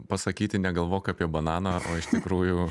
pasakyti negalvok apie bananą o iš tikrųjų